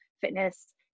fitness